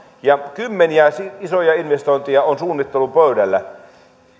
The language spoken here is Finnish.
ja kymmeniä isoja investointeja on suunnittelupöydällä